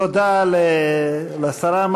תודה לשרה.